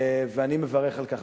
ואני מברך על כך.